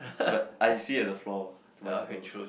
but I see it as a flaw to myself